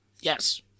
Yes